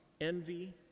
envy